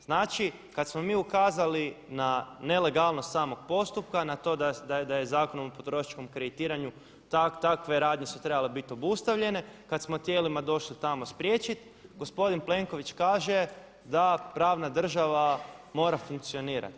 Znači kada smo mi ukazali na nelegalnost samog postupka, na to da je Zakonom o potrošačkom kreditiranju takve radnje su trebale biti obustavljene, kada smo tijelima tamo došli spriječiti gospodin Plenković kaže da pravna država mora funkcionirati.